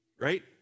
right